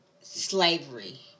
slavery